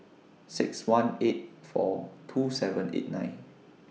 six one eight four two seven eight nine